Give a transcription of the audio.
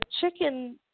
chicken